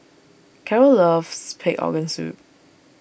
Carroll loves Pig Organ Soup